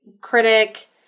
critic